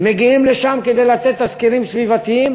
מגיעים לשם כדי לתת תסקירים סביבתיים